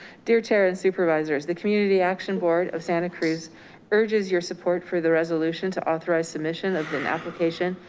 dear tara and supervisors, the community action board of santa cruz urges your support for the resolution to authorize submission of the application.